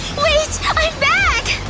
wait! i'm back!